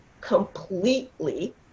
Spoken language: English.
completely